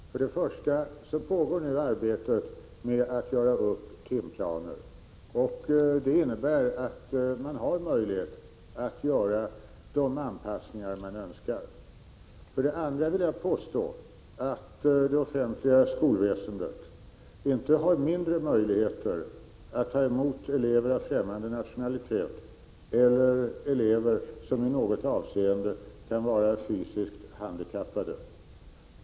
Herr talman! Mina kommentarer skall bli få och enkla. För det första pågår nu arbetet med att göra upp timplaner. Det innebär att man har möjligheter att göra de anpassningar man önskar. För det andra vill jag påstå att det offentliga skolväsendet inte har mindre möjligheter att ta emot elever av främmande nationalitet eller elever som i något avseende kan vara fysiskt handikappade.